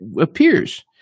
appears